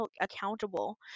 accountable